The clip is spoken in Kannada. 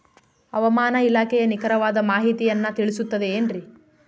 ಹವಮಾನ ಇಲಾಖೆಯ ನಿಖರವಾದ ಮಾಹಿತಿಯನ್ನ ತಿಳಿಸುತ್ತದೆ ಎನ್ರಿ?